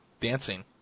dancing